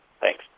Thanks